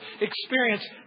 experience